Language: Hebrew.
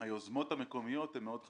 היוזמות המקומיות הן מאוד חשובות.